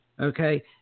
Okay